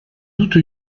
doute